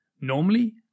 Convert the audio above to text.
Normally